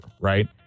right